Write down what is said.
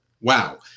wow